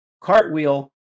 Cartwheel